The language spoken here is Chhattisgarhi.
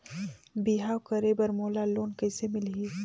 बिहाव करे बर मोला लोन कइसे मिलही?